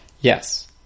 Yes